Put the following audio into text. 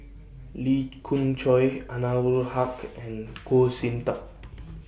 Lee Khoon Choy Anwarul Haque and Goh Sin Tub